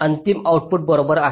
हे अंतिम आउटपुट बरोबर आहे